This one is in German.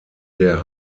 der